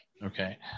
Okay